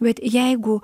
vat jeigu